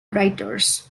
writers